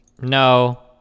no